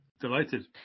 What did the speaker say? Delighted